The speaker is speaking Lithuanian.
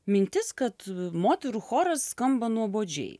mintis kad moterų choras skamba nuobodžiai